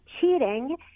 cheating